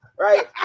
Right